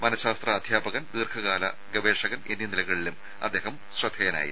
മനഃശാസ്ത്ര അധ്യാപകൻ ദീർഘകാലം ഗവേഷകൻ എന്നീ നിലകളിലും അദ്ദേഹം ശ്രദ്ധേയനായിരുന്നു